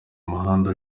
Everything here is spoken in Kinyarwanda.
umuhanda